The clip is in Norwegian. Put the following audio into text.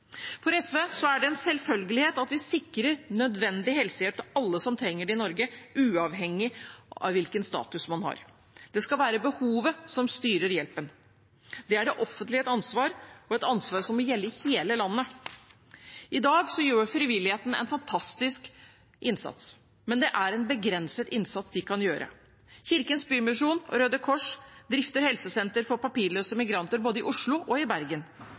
For SV er det en selvfølgelighet at vi sikrer nødvendig helsehjelp til alle som trenger det i Norge, uavhengig av hvilken status man har. Det skal være behovet som styrer hjelpen. Det er det offentliges ansvar, og det er et ansvar som må gjelde i hele landet. I dag gjør frivilligheten en fantastisk innsats, men det er en begrenset innsats de kan gjøre. Kirkens Bymisjon og Røde Kors drifter helsesenter for papirløse migranter i både Oslo og Bergen.